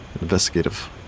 investigative